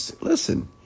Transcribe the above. listen